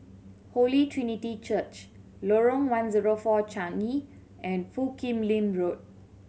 Holy Trinity Church Lorong One Zero Four Changi and Foo Kim Lin Road